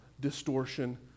distortion